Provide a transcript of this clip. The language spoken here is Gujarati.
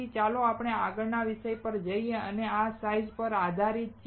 તેથી ચાલો આપણે આગળના વિષય પર જઈએ અને તે આ સાઈઝ પર આધારિત છે